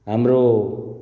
हाम्रो